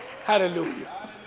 Hallelujah